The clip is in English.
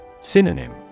Synonym